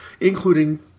including